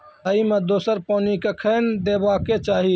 राई मे दोसर पानी कखेन देबा के चाहि?